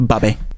Babe